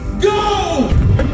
Go